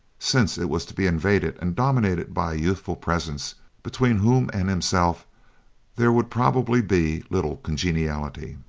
since it was to be invaded and dominated by a youthful presence between whom and himself there would probably be little congeniality.